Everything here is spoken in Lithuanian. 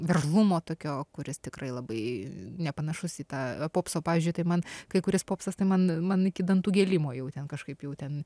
veržlumo tokio kuris tikrai labai nepanašus į tą popso pavyzdžiui tai man kai kuris popsas tai man man iki dantų gėlimo jau ten kažkaip jau ten